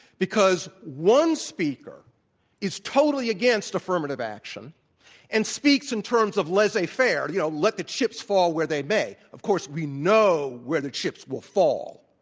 because one speaker is totally against affirmative action and speaks in terms of laissez-faire, you know, let the chips fall where they may of course, we know where the chips will fall